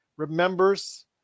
remembers